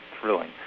thrilling